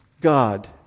God